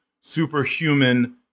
superhuman